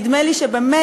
נדמה לי שבאמת,